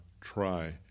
try